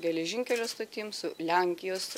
geležinkelio stotim su lenkijos